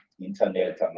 internet